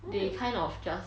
they kind of just